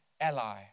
ally